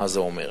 מה זה אומר.